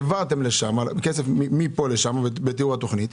העברתם כסף מפה לשם בתיאור התכנית.